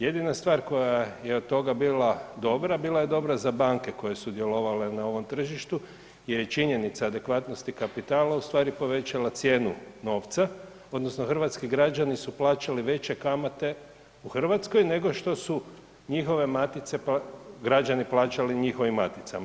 Jedina stvar koja je od toga bila dobra, bila je dobra za banke koje su djelovale na ovom tržištu je i činjenica adekvatnosti kapitala ustvari povećala cijenu novca odnosno hrvatski građani su plaćali veće kamate u Hrvatskoj nego što su njihove matice građani plaćati u njihovim maticama.